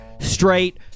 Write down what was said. Straight